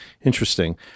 Interesting